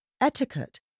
Etiquette